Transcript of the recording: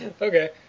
okay